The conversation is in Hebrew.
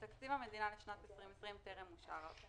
תקציב המדינה לשנת 2020 טרם אושר.